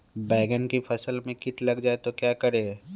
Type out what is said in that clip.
बैंगन की फसल में कीट लग जाए तो क्या करें?